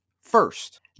first